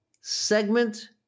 segment